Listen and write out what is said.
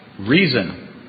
reason